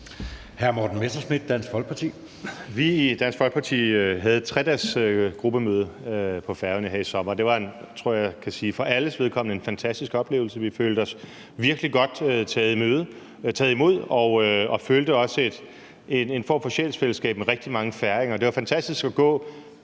Morten Messerschmidt (DF): Vi i Dansk Folkeparti havde et 3-dagesgruppemøde på Færøerne her i sommer. Det var – det tror jeg at jeg kan sige for alles vedkommende – en fantastisk oplevelse. Vi følte os virkelig godt taget imod og følte også en form for sjælsfællesskab med rigtig mange færinger. Det var fantastisk at gå